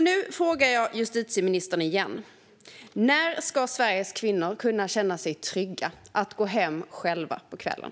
Nu frågar jag justitieministern igen: När ska Sveriges kvinnor känna sig trygga att gå hem själva på kvällen?